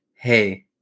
Hey